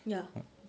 ya